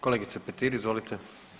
Kolegice Petir, izvolite.